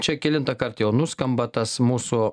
čia kelintą kart jau nuskamba tas mūsų